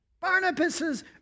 Barnabas